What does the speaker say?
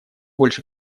больше